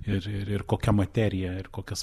ir ir ir kokią materiją ir kokias